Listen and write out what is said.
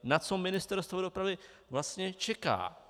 Na co Ministerstvo dopravy vlastně čeká?